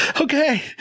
Okay